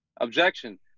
objection